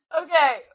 Okay